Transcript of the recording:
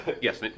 Yes